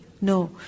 No